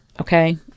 okay